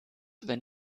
wenn